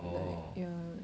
yeah